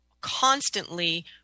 constantly